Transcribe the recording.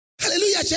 Hallelujah